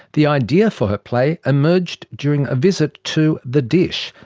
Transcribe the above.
the idea for her play emerged during a visit to the dish,